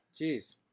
Jeez